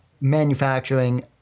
manufacturing